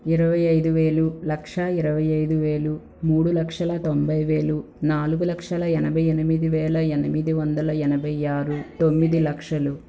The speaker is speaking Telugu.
ఇరవై ఐదు వేలు లక్షా ఇరవై ఐదు వేలు మూడు లక్షల తొంభై వేలు నాలుగు లక్షల ఎనభై ఎనిమిది వేలు ఎనిమిది వందల ఎనభై ఆరు తొమ్మిది లక్షలు